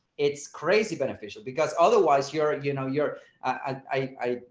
it's crazy beneficial, because otherwise you're you know, you're i,